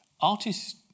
artists